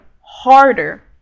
harder